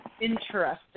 interesting